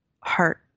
heart